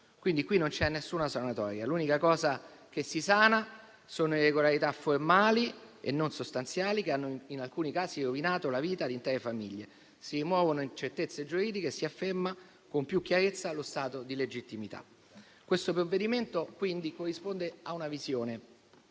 Qui non c'è nessuna sanatoria, quindi: l'unica cosa che si sana sono irregolarità formali e non sostanziali che hanno, in alcuni casi, rovinato la vita di intere famiglie. si rimuovono incertezze giuridiche e si afferma con più chiarezza lo stato di legittimità. Questo provvedimento corrisponde quindi a una visione